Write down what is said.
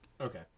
Okay